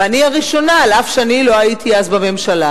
ואני הראשונה, אף שאני לא הייתי אז בממשלה,